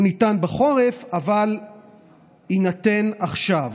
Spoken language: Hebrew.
הוא ניתן בחורף, אבל יינתן עכשיו